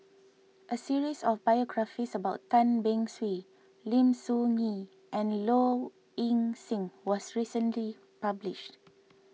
a series of biographies about Tan Beng Swee Lim Soo Ngee and Low Ing Sing was recently published